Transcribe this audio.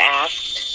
asked